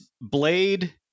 Blade